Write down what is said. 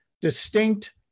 distinct